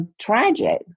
tragic